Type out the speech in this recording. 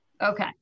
Okay